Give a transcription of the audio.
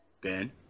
Ben